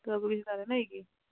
ସବୁକିଛି ତାହେଲେ ନାଇକି